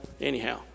anyhow